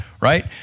right